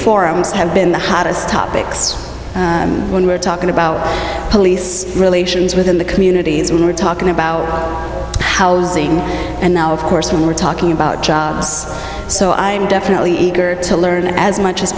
forums have been the hottest topics when we're talking about police relations within the communities we're talking about housing and now of course we're talking about jobs so i'm definitely eager to learn as much as